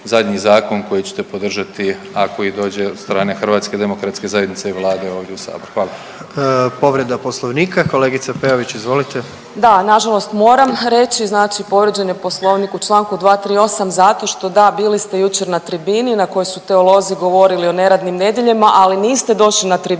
zadnji zakon koji ćete podržati ako i dođe od strane HDZ-a i Vlade ovdje u saboru. **Jandroković, Gordan (HDZ)** Povreda poslovnika, kolegice Peović izvolite. **Peović, Katarina (RF)** Da nažalost moram reći znači povrijeđen je poslovnik u čl. 238. zato što da, bili ste jučer na tribini na kojoj su teolozi govorili o neradnim nedjeljama, ali niste došli na tribinu